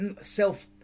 self